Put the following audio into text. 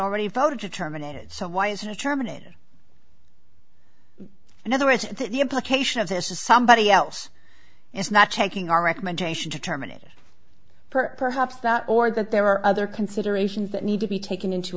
already voted to terminate it so why isn't it terminated in other words the implication of this is somebody else is not taking our recommendation to terminate it per haps that or that there are other considerations that need to be taken into